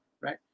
right